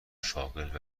شاغل